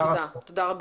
תודה רבה.